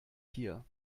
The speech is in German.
hier